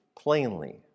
plainly